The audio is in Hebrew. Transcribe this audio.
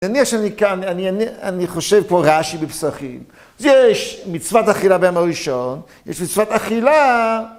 נניח שאני כאן, אני חושב כמו רש"י בפסחין. יש מצוות אכילה ביום הראשון, יש מצוות אכילה...